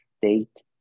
state